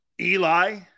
Eli